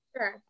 sure